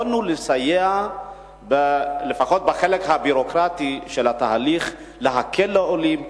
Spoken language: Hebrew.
יכולנו לסייע לפחות בחלק הביורוקרטי של התהליך ולהקל על העולים.